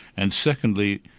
and secondly,